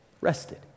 rested